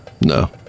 No